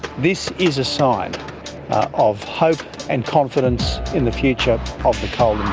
this is a sign of hope and confidence in the future of the coal